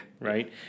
right